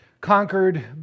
conquered